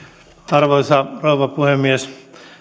arvoisa rouva puhemies